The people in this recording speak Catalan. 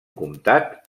comtat